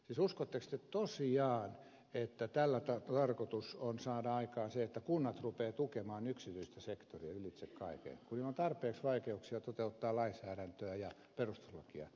siis uskotteko te tosiaan että tällä on tarkoitus saada aikaan se että kunnat rupeavat tukemaan yksityistä sektoria ylitse kaiken kun on jo tarpeeksi vaikeuksia toteuttaa lainsäädäntöä ja perustuslakia